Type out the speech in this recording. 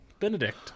Benedict